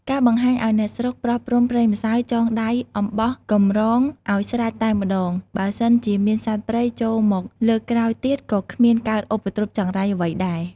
ការបង្ហាញអោយអ្នកស្រុកប្រោះព្រំប្រេងម្សៅចងដៃអំបោះកំរងអោយស្រេចតែម្តង បើសិនជាមានសត្វព្រៃចូលមកលើកក្រោយទៀតក៏គ្មានកើតឧបទ្រពចង្រៃអ្វីដែរ។